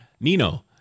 Nino